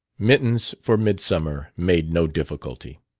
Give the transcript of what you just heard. mittens for midsummer made no difficulty.